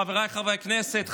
חבריי חברי הכנסת,